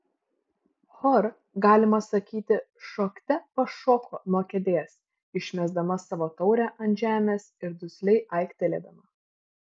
hor galima sakyti šokte pašoko nuo kėdės išmesdama savo taurę ant žemės ir dusliai aiktelėdama